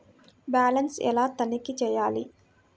Balance ఎలా తనిఖీ చేయాలి?